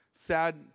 Sad